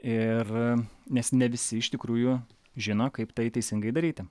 ir nes ne visi iš tikrųjų žino kaip tai teisingai daryti